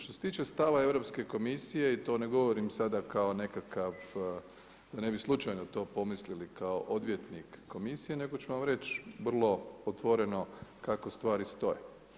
Što se tiče stava Europske komisije i to ne govorim sada kao nekakav, da ne bi slučajno to pomislili kao odvjetnik komisije nego ću vam reći vrlo otvoreno kako stvari stoje.